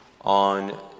on